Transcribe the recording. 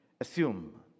assume